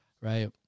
right